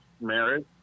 married